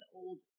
old